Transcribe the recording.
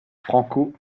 franco